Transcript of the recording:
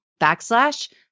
backslash